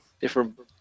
Different